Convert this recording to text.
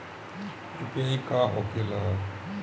UPI का होके ला?